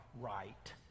right